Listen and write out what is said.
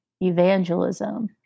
evangelism